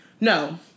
no